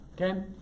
Okay